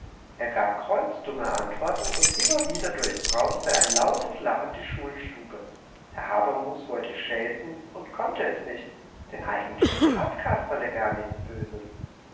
er gab kreuzdumme antworten und immer wieder durchbrauste ein lautes lachen die schulstube herr habermus wollte schelten und konnte es nicht denn eigentlich tat kasperle gar nichts böses